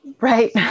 right